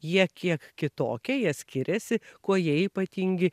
jie kiek kitokie jie skiriasi kuo jie ypatingi